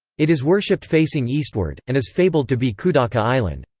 it is worshipped facing eastward, and is fabled to be kudaka island.